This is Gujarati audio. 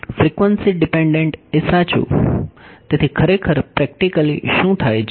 ફ્રીક્વન્સી ડિપેંડંટ એ સાચું તેથી ખરેખર પ્રેક્ટિકલી શું થાય છે